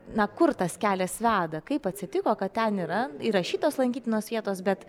na kur tas kelias veda kaip atsitiko kad ten yra įrašytos lankytinos vietos bet